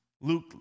Luke